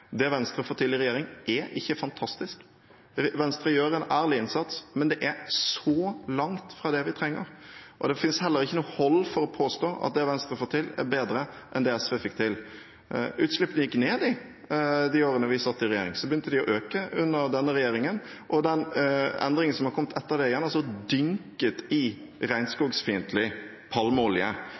Det Venstre har fått til i regjering, er ikke fantastisk. Venstre gjør en ærlig innsats, men det er så langt fra det vi trenger. Det finnes heller ikke noe hold for å påstå at det Venstre får til, er bedre enn det SV fikk til. Utslippene gikk ned de årene vi satt i regjering. Så begynte de å øke under denne regjeringen. Og den endringen som har kommet etter det igjen, er dynket i regnskogfiendtlig palmeolje.